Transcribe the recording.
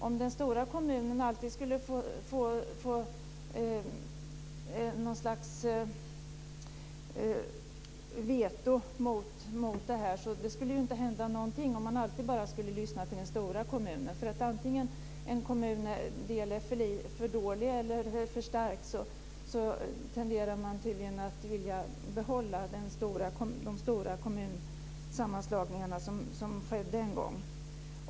Om den stora kommunen alltid skulle få något slags veto skulle det ju inte hända någonting, om man alltid bara skulle lyssna till den stora kommunen. Vare sig en kommundel är för dålig eller för stark så tenderar man tydligen att vilja behålla de stora kommunsammanslagningarna som skedde en gång.